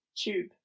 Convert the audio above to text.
Tube